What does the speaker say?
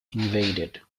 invaded